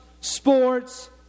sports